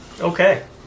Okay